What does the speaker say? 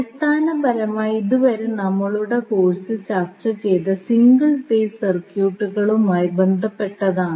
അടിസ്ഥാനപരമായി ഇതുവരെ നമ്മളുടെ കോഴ്സിൽ ചർച്ച ചെയ്തത് സിംഗിൾ ഫേസ് സർക്യൂട്ടുകളുമായി ബന്ധപ്പെട്ടതാണ്